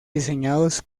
diseñados